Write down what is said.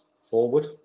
forward